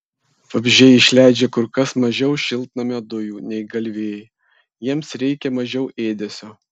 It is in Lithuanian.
vabzdžiai išleidžia kur kas mažiau šiltnamio dujų nei galvijai jiems reikia mažiau ėdesio